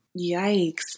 Yikes